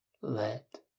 Let